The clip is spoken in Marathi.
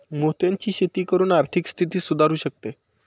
मोत्यांची शेती करून आर्थिक स्थिती सुधारु शकते